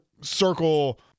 circle